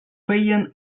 feien